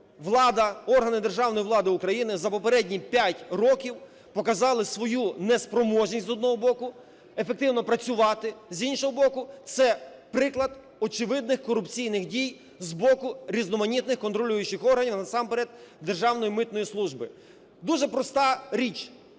органи державної влади України за попередні 5 років показали свою неспроможність, з одного боку, ефективно працювати, з іншого боку, це приклад очевидних корупційних дій з боку різноманітних контролюючих органів, а насамперед Державної митної служби. Дуже проста річ.